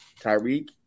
Tyreek